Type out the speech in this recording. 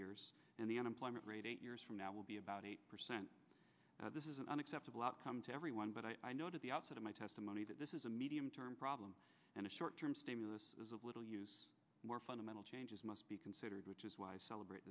years and the unemployment rate eight years from now will be about eight percent this is an unacceptable outcome to everyone but i note at the outset of my testimony that this is a medium term problem and a short term stimulus is of little use more fundamental changes must be considered which is why i celebrate